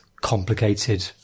complicated